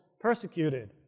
persecuted